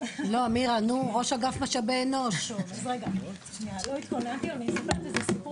לא התכוננתי, אבל אני אספר סיפור